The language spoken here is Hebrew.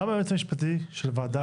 למה היועץ המשפטי של הוועדה,